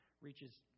Reaches